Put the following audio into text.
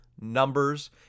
numbers